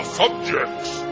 subjects